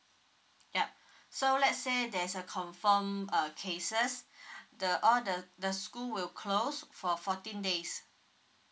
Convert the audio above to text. yup so let's say there's a confirm err cases the all the the school will closed for fourteen days